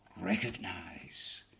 recognize